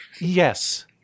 Yes